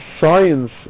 Science